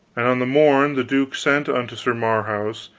and on the morn the duke sent unto sir marhaus,